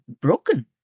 broken